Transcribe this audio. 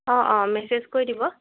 অঁ অঁ মেচেজ কৰি দিব